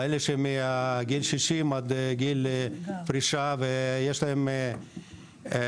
כמו אנשים בין גיל 60 ועד גיל פרישה שיש להם בעיות,